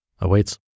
awaits